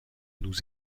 nous